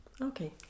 okay